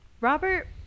Robert